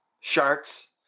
Sharks